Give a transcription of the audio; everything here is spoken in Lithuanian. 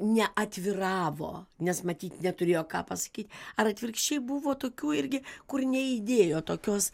neatviravo nes matyt neturėjo ką pasakyt ar atvirkščiai buvo tokių irgi kur neįdėjo tokios